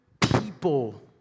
people